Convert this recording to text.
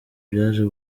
byaje